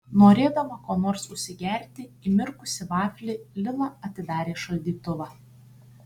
norėdama kuo nors užsigerti įmirkusį vaflį lila atidarė šaldytuvą